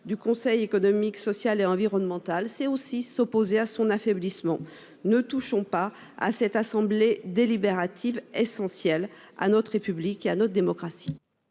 du Conseil économique, social et environnemental, c'est aussi s'opposer à son affaiblissement. Ne touchons pas à cette assemblée délibérative essentiel à notre République et à notre démocratie.